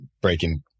breaking